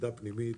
כיחידה פנימית,